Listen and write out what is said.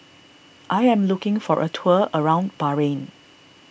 I am looking for a tour around Bahrain